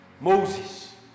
Moses